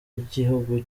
gihugu